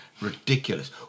Ridiculous